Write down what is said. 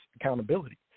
accountability